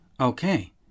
okay